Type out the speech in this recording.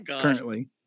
Currently